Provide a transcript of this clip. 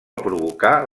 provocar